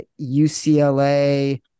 UCLA